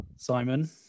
Simon